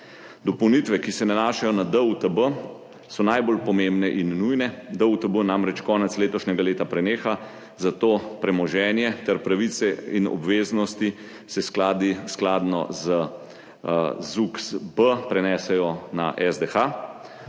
Dopolnitve, ki se nanašajo na DUTB so najbolj pomembne in nujne. DUTB namreč konec letošnjega leta preneha, zato se premoženje ter pravice in obveznosti skladno z ZUKSB prenesejo na SDH.